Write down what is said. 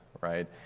right